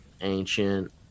ancient